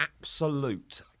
absolute